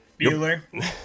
Bueller